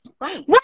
right